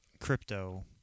crypto